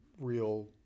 real